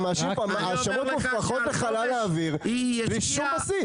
אתה מאשים פה האשמות מופרכות בחלל האוויר בלי שום בסיס.